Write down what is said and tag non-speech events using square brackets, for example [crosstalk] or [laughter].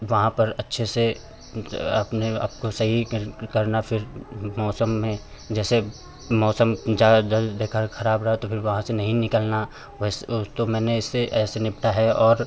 वहाँ पर अच्छे से [unintelligible] अपने आपको सही करना फ़िर मौसम में जैसे मौसम ज़्यादातर बेकार खराब रहा तो फ़िर वहाँ से नहीं निकलना वैसे ओर तो मैंने इससे ऐसे निपटा है और